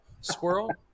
squirrel